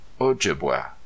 Ojibwa